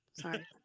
Sorry